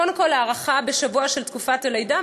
וקודם כול הארכה בשבוע של תקופת הלידה.